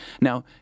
Now